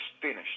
finished